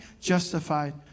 justified